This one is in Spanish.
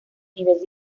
nivel